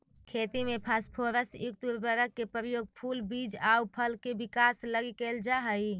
खेती में फास्फोरस युक्त उर्वरक के प्रयोग फूल, बीज आउ फल के विकास लगी कैल जा हइ